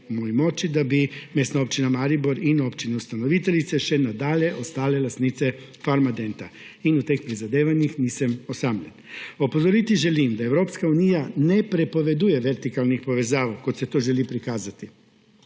občina Maribor in občine ustanoviteljice še nadalje ostale lastnice Farmadenta, in v teh prizadevanjih nisem osamljen. Opozoriti želim, da Evropska unija ne prepoveduje vertikalnih povezav, kot se to želi prikazati.